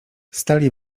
stali